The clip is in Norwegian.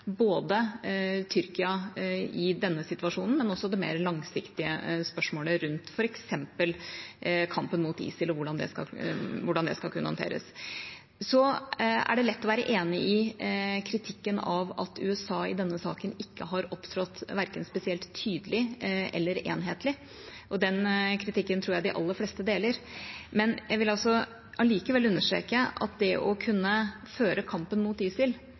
Tyrkia i denne situasjonen, men også det mer langsiktige spørsmålet rundt f.eks. kampen mot ISIL og hvordan det skal kunne håndteres. Så er det lett å være enig i kritikken av at USA i denne saken ikke har opptrådt verken spesielt tydelig eller enhetlig. Den kritikken tror jeg de aller fleste deler. Men jeg vil allikevel understreke at det å kunne føre kampen mot ISIL